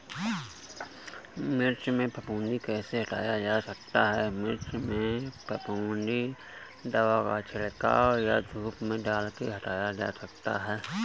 मिर्च में फफूंदी कैसे हटाया जा सकता है?